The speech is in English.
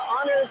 honors